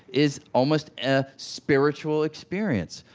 is almost a spiritual experience.